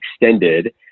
extended